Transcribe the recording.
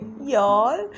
Y'all